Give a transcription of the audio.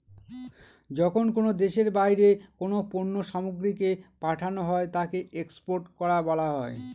যখন কোনো দেশের বাইরে কোনো পণ্য সামগ্রীকে পাঠানো হয় তাকে এক্সপোর্ট করা বলা হয়